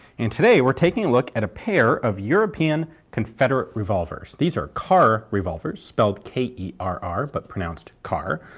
and today we're taking a look at a pair of european confederate revolvers. these are kerr revolvers, spelled k e r r but pronounced car,